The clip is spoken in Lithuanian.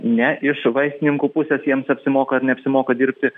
ne iš vaistininkų pusės jiems apsimoka ar neapsimoka dirbti